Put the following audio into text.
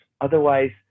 Otherwise